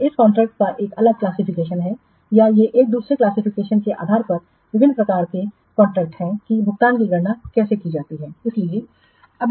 तो यह कॉन्ट्रैक्टस का एक अलग क्लासिफिकेशनहै या ये एक दूसरे क्लासिफिकेशनके आधार पर विभिन्न प्रकार के कॉन्ट्रैक्ट हैं कि भुगतान की गणना कैसे की जाती है